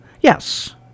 Yes